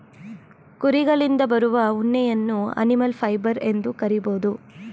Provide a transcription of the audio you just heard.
ಕುರಿಗಳಿಂದ ಬರುವ ಉಣ್ಣೆಯನ್ನು ಅನಿಮಲ್ ಫೈಬರ್ ಎಂದು ಕರಿಬೋದು